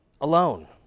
alone